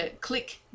click